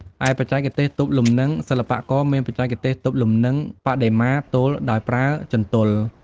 ឯបច្ចេកទេសទប់លំនឹង សិល្បករមានបច្ចេកទេសទប់លំនឹងបដិមាទោលដោយប្រើ ជន្ទល់។